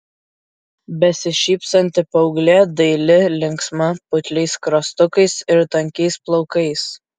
besišypsanti paauglė daili linksma putliais skruostukais ir tankiais plaukais